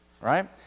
right